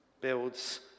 builds